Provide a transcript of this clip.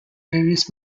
various